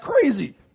crazy